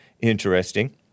Interesting